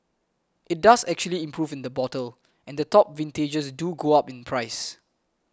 it does actually improve in the bottle and the top vintages do go up in price